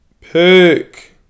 Pick